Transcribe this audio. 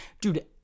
dude